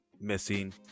Missing